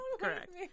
Correct